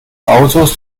autos